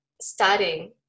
studying